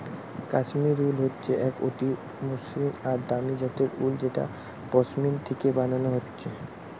কাশ্মীর উল হচ্ছে এক অতি মসৃণ আর দামি জাতের উল যেটা পশমিনা থিকে বানানা হচ্ছে